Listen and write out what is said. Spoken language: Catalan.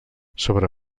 sobre